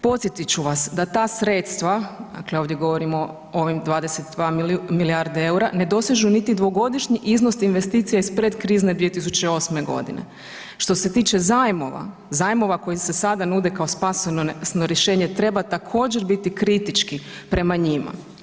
Podsjetit ću vas da ta sredstva, dakle ovdje govorimo o ovim 22 milijarde eura, ne dosežu niti dvogodišnji iznos investicija iz predkrizne 2008. g. Što se tiče zajmova, zajmova koji se sada nude kao spasonosno rješenje treba također, biti kritički prema njima.